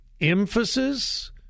emphasis